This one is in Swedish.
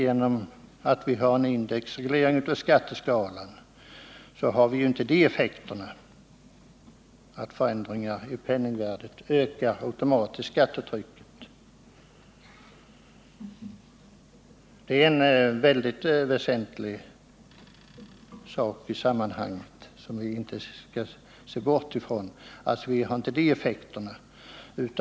Genom att skatteskalan är indexreglerad har vi inte de effekterna att förändringar i penningvärdet automatiskt ökar skattetrycket. Det är en väldigt väsentlig sak i sammanhanget, som vi inte skall bortse ifrån.